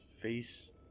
face